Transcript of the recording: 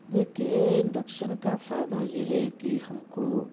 دیکھیے انڈکشن کا فائدہ یہ ہے کہ ہم کو